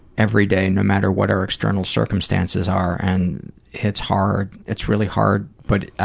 every day, no matter what our external circumstances are, and it's hard. it's really hard, but